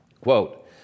quote